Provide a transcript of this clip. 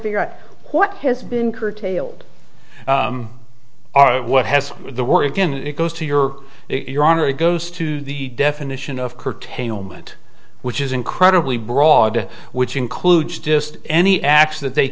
figure out what has been curtailed what has the war again if it goes to your it your honor it goes to the definition of curtailment which is incredibly broad which includes just any acts that they